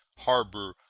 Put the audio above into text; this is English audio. harbor,